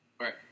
right